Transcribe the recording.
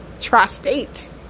Tri-state